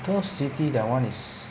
turf city that one is